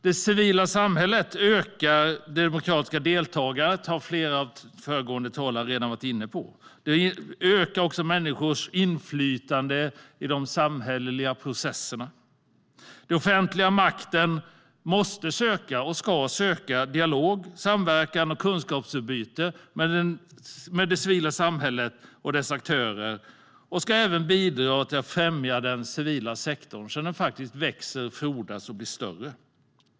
Det civila samhället ökar det demokratiska deltagandet, vilket flera föregående talare har varit inne på. Det ökar också människors inflytande i de samhälleliga processerna. Den offentliga makten måste och ska söka dialog, samverkan och kunskapsutbyte med det civila samhället och dess aktörer och ska även bidra till att främja den civila sektorn så att den växer, frodas och blir större.